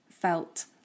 felt